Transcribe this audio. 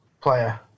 player